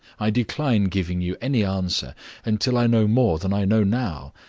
i decline giving you any answer until i know more than i know now.